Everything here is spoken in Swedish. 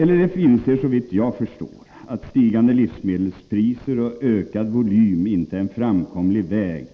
LRF inser, såvitt jag förstår, att stigande livsmedelspriser och ökad volym inte är en framkomlig väg